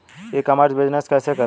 ई commerce business कैसे करें?